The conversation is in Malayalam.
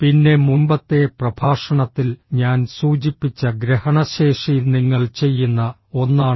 പിന്നെ മുമ്പത്തെ പ്രഭാഷണത്തിൽ ഞാൻ സൂചിപ്പിച്ച ഗ്രഹണശേഷി നിങ്ങൾ ചെയ്യുന്ന ഒന്നാണ്